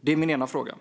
Det var min ena fråga.